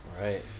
Right